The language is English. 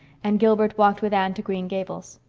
and gilbert walked with anne to green gables.